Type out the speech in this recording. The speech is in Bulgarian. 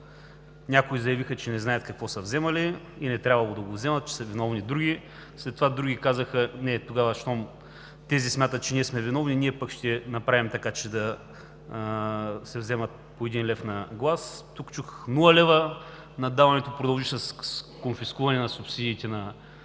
някои заявиха, че не знаят какво са взимали и не трябвало да го взимат, виновни са други. След това други казаха: „Не, тогава щом тези смятат, че ние сме виновни, ние пък ще направим така, че да се взема по 1 лв. на глас.“ Тук чух нула лева, наддаването продължи с конфискуване влоговете от